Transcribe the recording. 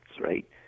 right